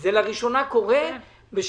זה לראשונה קורה,